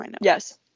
Yes